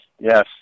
Yes